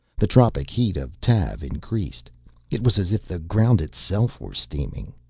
the tropic heat of tav increased it was as if the ground itself were steaming.